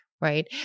right